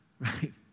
Right